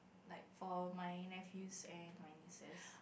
like for my nephews and my nieces